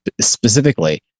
specifically